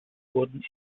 wurden